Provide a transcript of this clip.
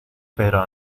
pero